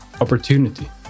opportunity